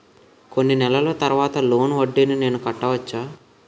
కొన్ని నెలల తర్వాత లోన్ వడ్డీని నేను కట్టవచ్చా?